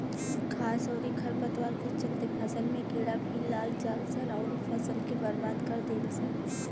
घास अउरी खर पतवार के चलते फसल में कीड़ा भी लाग जालसन अउरी फसल के बर्बाद कर देलसन